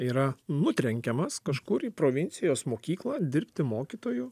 yra nutrenkiamas kažkur į provincijos mokyklą dirbti mokytoju